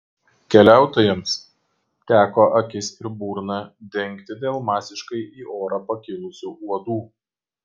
keliautojams teko akis ir burną dengti dėl masiškai į orą pakilusių uodų